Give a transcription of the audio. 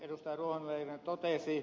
niin kuin ed